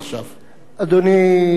אדוני היושב-ראש,